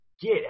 Get